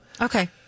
Okay